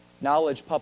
knowledge